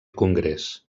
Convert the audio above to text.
congrés